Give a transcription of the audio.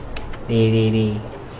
dey dey dey